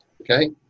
Okay